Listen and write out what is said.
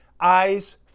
Eyes